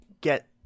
get